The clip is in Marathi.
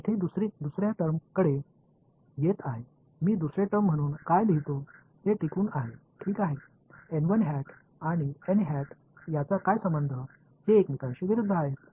येथे दुसऱ्या टर्मकडे येत आहे मी दुसरे टर्म म्हणून काय लिहितो हे टिकून आहे ठीक आहे आणि याचा काय संबंध ते एकमेकांशी विरुद्ध आहेत